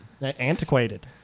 Antiquated